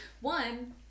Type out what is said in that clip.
One